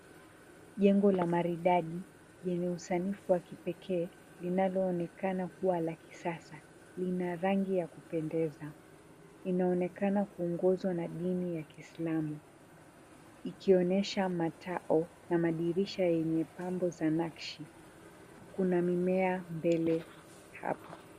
Jengo la maridadi, lenye usanifu wa kipekee, linaloonekana kuwa la kisasa, lina rangi ya kupendeza. Inaonekana kuongozwa na dini ya kiislamu, ikionyesha matao na madirisha yenye pambo za nakshi. Kuna mimea mbele hapa.